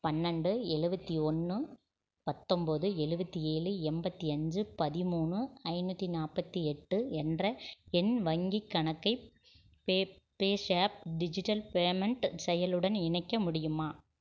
பண்ணென்ண்டு எழுபத்தி ஒன்று பத்தொம்பது ஏழுபத்தி ஏழு எண்பத்தி அஞ்சு பதிமூணு ஐநூற்றி நாற்பத்தி எட்டு என்ற என் வங்கிக் கணக்கை பேஸாப் டிஜிட்டல் பேமெண்ட் செயலுடன் இணைக்க முடியுமா